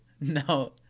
No